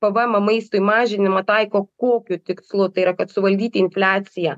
pvmą maistui mažinimą taiko kokiu tikslu tai yra kad suvaldyti infliaciją